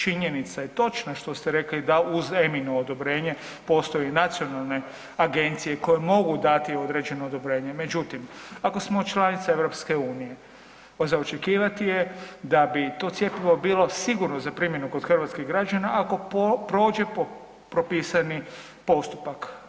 Činjenica je točna što ste rekli da uz EMA-ino odobrenje postoji nacionalne agencije koje mogu dati određeno odobrenje, međutim, ako smo članica EU za očekivati je da bi to cjepivo bilo sigurno za primjenu kod hrvatskih građana ako prođe propisani postupak.